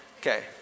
okay